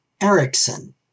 Erickson